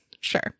Sure